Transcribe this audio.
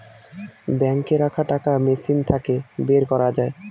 বাঙ্কে রাখা টাকা মেশিন থাকে বের করা যায়